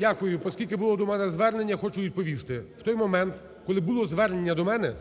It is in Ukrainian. Дякую. Поскільки було до мене звернення, я хочу відповісти. В той момент, коли було звернення до мене,